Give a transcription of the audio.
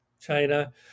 China